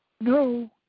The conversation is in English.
no